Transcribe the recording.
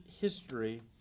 history